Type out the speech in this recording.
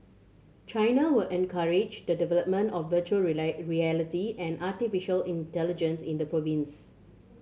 China will encourage the development of virtual reality and artificial intelligence in the province